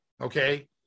okay